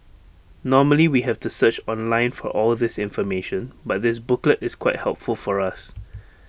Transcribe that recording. normally we have to search online for all this information but this booklet is quite helpful for us